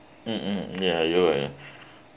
mmhmm ya you're right